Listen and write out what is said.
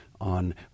on